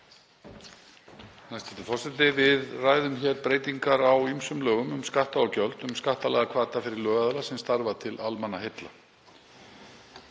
Hæstv. forseti. Við ræðum hér um breytingar á ýmsum lögum um skatta og gjöld, skattalega hvata fyrir lögaðila sem starfa til almannaheilla.